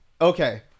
okay